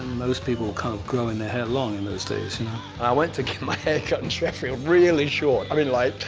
most people were kind of growing their hair long in those days. i went to get my hair cut in sheffield really short. i mean, like,